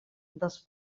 dels